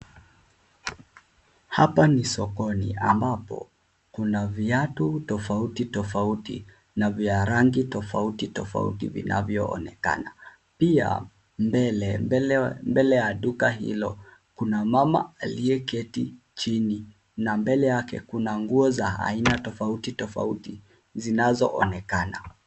Hapa ni sokoni ambapo kuna viatu tofauti tofauti na vya rangi tofauti tofauti vinavyoonekana. Pia mbele ya duka hilo kuna mama aliyeketi chini na mbele yake kuna nguo za aina tofauti tofauti zinazoonekana.